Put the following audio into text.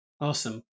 Awesome